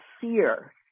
fear